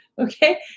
Okay